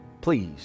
Please